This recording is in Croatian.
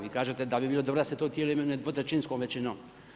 Vi kažete da bi bilo dobro da se to tijelo imenuje dvotrećinskom većinom.